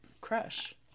crush